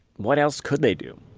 what else could they do?